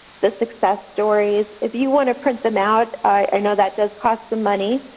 the success stories. if you want to print them out, i know that does cost some money,